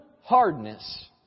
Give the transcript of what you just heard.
hardness